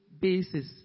basis